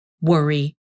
worry